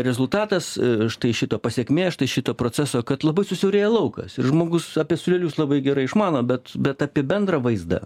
rezultatas štai šito pasekmė štai šito proceso kad labai susiaurėja laukas ir žmogus apie siūlelius labai gerai išmano bet bet apie bendrą vaizdą